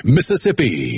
Mississippi